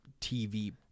TV